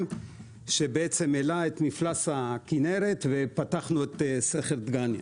שבעצם העלה את מפלס הכנרת ופתחנו את סכר דגניה.